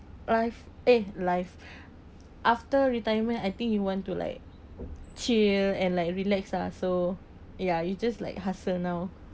live eh life after retirement I think you want to like chill and like relax lah so ya it's just like hustle now